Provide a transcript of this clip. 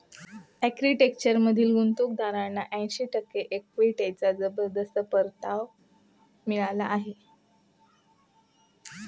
आर्किटेक्चरमधील गुंतवणूकदारांना ऐंशी टक्के इक्विटीचा जबरदस्त परतावा मिळाला आहे